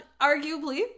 Arguably